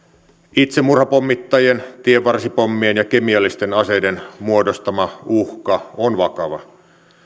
itsemurhapommittajien tienvarsipommien ja kemiallisten aseiden muodostama uhka on vakava